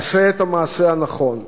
עשה את המעשה הנכון,